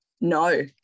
no